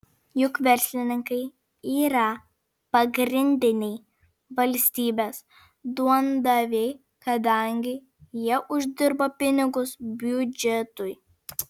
juk verslininkai yra pagrindiniai valstybės duondaviai kadangi jie uždirba pinigus biudžetui